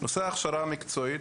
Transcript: נושא ההכשרה המקצועית,